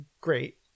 great